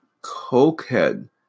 Cokehead